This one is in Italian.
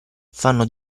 fanno